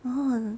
orh